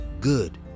good